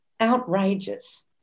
outrageous